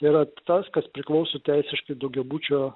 yra tas kas priklauso teisiškai daugiabučio